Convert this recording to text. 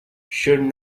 should